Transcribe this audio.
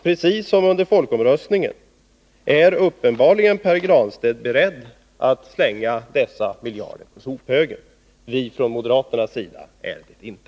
Precis som under folkomröstningen är Pär Granstedt uppenbarligen beredd att slänga dessa miljarder på sophögen. Vi moderater är det inte.